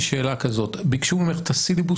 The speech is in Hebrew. ביקשו ממך את הסילבוס